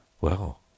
Well